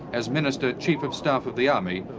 as minister, chief of staff of the army,